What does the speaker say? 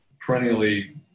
perennially